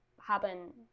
happen